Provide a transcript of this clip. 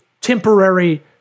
temporary